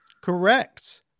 correct